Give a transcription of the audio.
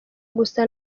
gusa